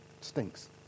stinks